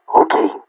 Okay